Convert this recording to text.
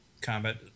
combat